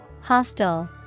Hostel